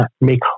make